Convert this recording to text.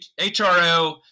HRO